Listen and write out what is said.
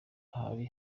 ahabi